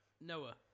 Noah